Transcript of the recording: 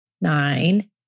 nine